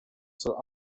soll